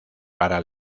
para